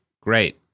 Great